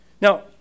Now